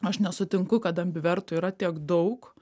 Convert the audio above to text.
aš nesutinku kad ambivertų yra tiek daug